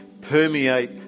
permeate